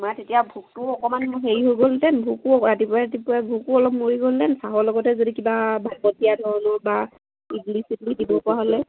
আমাৰ তেতিয়া ভোকটোও অকণমান হেৰি হৈ গ'লহেতেন ভোকো ৰাতিপুৱাই ৰাতিপুৱাই ভোকো অলপ মৰি গ'লহেতেন চাহৰ লগতে যদি কিবা ভাপত দিয়া ধৰণৰ বা ইদলী চিদলী দিব পৰা হ'লে